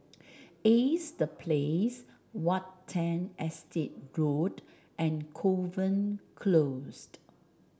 Ace The Place Watten Estate Road and Kovan Close